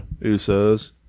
Usos